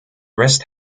rest